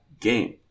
game